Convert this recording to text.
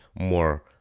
more